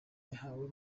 yahawe